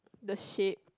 the shape